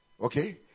Okay